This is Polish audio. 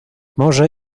morze